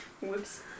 Whoops